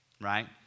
right